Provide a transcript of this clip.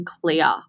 clear